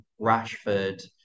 Rashford